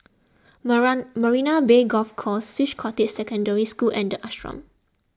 Marina Bay Golf Course Swiss Cottage Secondary School and the Ashram